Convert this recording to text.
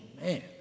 Man